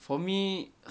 for me